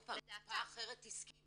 עוד פעם, קופה אחרת הסכימה.